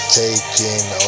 taking